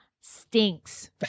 stinks